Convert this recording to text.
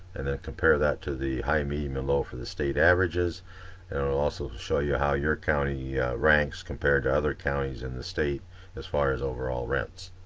and then compare that to the high, medium, and low for the state averages. it will also show you how your county ranks compared to other counties in the state as far as overall rents.